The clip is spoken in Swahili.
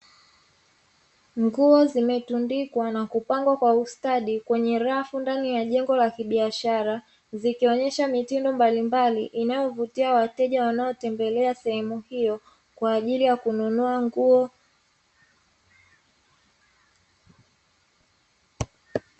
Nguo zimetundikwa na kupangwa kwa ustadi kwenye rafu ndani ya jengo la kibiashara, zikionesha mitindo mbalimbali inayovutia wateja wanaotembelea sehemu hiyo kwa ajili ya kununua nguo.